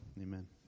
amen